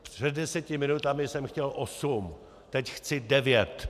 Před deseti minutami jsem chtěl osm, teď chci devět!